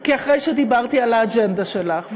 כי אחרי שדיברתי על האג'נדה שלך,